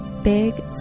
big